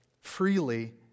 freely